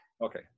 okay